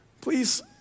Please